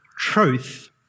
Truth